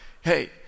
hey